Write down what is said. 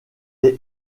est